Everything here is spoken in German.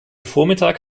vormittag